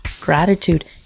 gratitude